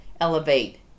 elevate